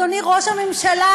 אדוני ראש הממשלה,